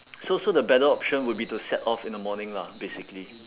so so the better option would be to set off in the morning lah basically